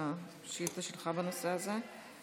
השאילתה שלך בנושא הזה.